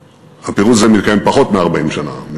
הפירוז הזה מתקיים פחות מ-40 שנה,